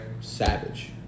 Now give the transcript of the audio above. Savage